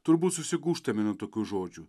turbūt susigūžtume nuo tokių žodžių